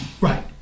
Right